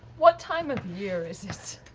what time of year is